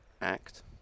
act